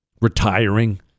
retiring